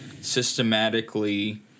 systematically